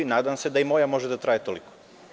Nadam se da i moja može da traje toliko?